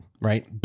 right